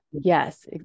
yes